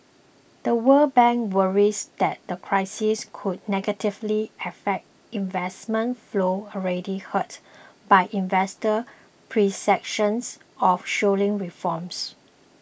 The World Bank worries that the crisis could negatively affect investment flows already hurt by investor perceptions of slowing reforms